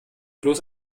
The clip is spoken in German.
bloß